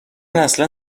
اصلا